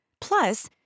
Plus